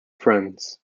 friends